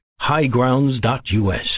highgrounds.us